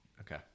okay